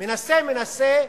מנסה, מנסה,